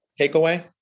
takeaway